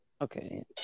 Okay